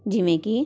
ਜਿਵੇਂ ਕਿ